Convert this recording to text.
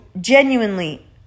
genuinely